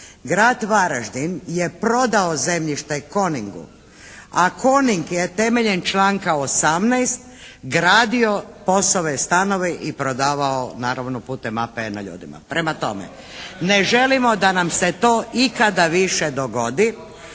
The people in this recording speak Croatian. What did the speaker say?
Grad Varaždin je prodao zemljište Koningu, a Koning je temeljem članka 18. gradio POS-ove stanove i prodavao naravno putem APN-a ljudima. Prema tome, ne želimo da nam se to ikada više dogodi